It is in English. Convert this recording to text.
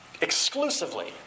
exclusively